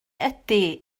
ydy